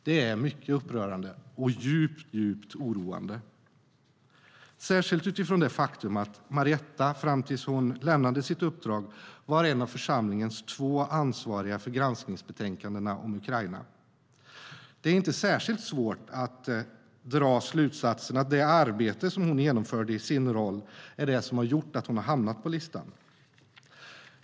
Det är mycket upprörande och djupt, djupt oroande, särskilt utifrån det faktum att Marietta fram till att hon lämnade sitt uppdrag var en av församlingens två ansvariga för granskningsbetänkandena om Ukraina. Det är inte särskilt svårt att dra slutsatsen att det arbete hon genomförde i sin roll är det som har gjort att hon har hamnat på listan.